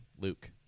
Luke